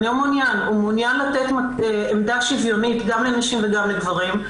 הוא מעוניין לתת עמדה שוויונית גם לנשים וגם לגברים,